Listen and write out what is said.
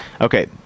Okay